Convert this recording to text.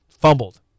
fumbled